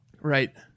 Right